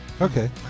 okay